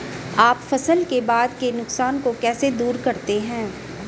आप फसल के बाद के नुकसान को कैसे दूर करते हैं?